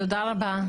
תודה רבה.